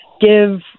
give